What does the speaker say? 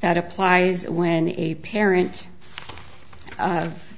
that applies when a parent of